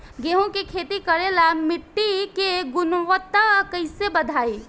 गेहूं के खेती करेला मिट्टी के गुणवत्ता कैसे बढ़ाई?